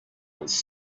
was